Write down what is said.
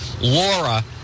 Laura